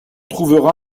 trouvera